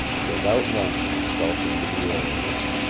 without launching himself into the air again.